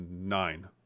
nine